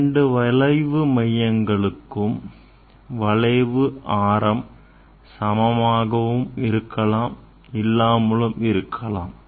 இரண்டு வளைவு மையங்களுக்கும் வளைவு ஆரம் சமமாகவும் இருக்கலாம் இல்லாமலும் இருக்கலாம்